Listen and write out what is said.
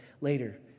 later